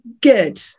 Good